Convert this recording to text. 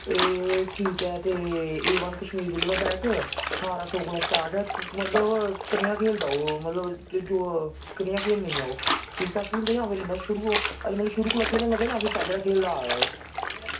ए ठीक ऐ ते ए वन कश्मीर दा बैट ठारां सौ कोला स्टार्ट ऐ मतलब कनेहा खेलदा ओ मतलब ते जो कनेहा खेलने ही ऐ ओ ठीक ठाक खेलदा जां शुरू ओह् आह्ले मतलब शुरू कोला खेलना लग्गा जां फिर पैह्ले दा खेलदा आ दा ओह्